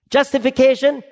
Justification